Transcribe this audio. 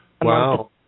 wow